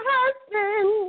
Husband